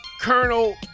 Colonel